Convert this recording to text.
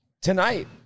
Tonight